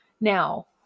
Now